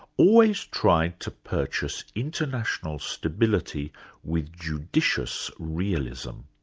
always tried to purchase international stability with judicious realism.